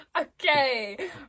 Okay